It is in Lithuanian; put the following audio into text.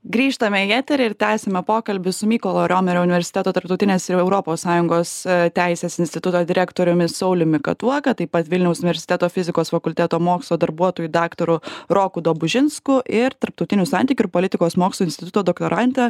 grįžtame į eterį ir tęsiame pokalbį su mykolo romerio universiteto tarptautinės ir europos sąjungos teisės instituto direktoriumi sauliumi katuoka taip pat vilniaus universiteto fizikos fakulteto mokslo darbuotoju daktaru roku dabužinsku ir tarptautinių santykių ir politikos mokslų instituto doktorante